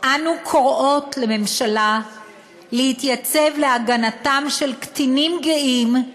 אנו קוראות לממשלה להתייצב להגנתם של קטינים גאים,